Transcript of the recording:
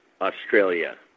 Australia